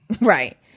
right